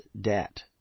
debt